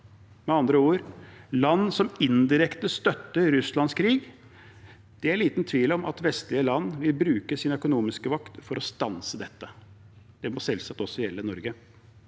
Med andre ord er de land som indirekte støtter Russlands krig. Det er liten tvil om at vestlige land vil bruke sin økonomiske makt for å stanse dette. Det må selvsagt også gjelde Norge.